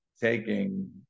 taking